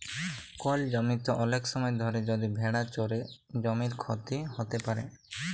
call জমিতে ওলেক সময় ধরে যদি ভেড়া চরে জমির ক্ষতি হ্যত প্যারে